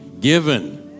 given